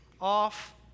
off